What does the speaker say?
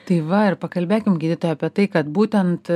tai va ir pakalbėkim gydytoja apie tai kad būtent